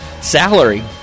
Salary